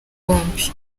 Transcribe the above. bombi